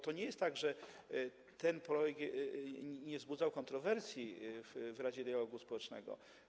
To nie jest tak, że ten projekt nie wzbudzał kontrowersji w Radzie Dialogu Społecznego.